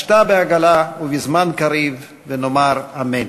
השתא בעגלא ובזמן קריב ונאמר אמן.